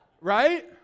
right